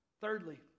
Thirdly